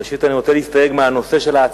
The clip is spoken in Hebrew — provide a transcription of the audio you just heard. ראשית, אני רוצה להסתייג מהאמור בנושא ההצעה: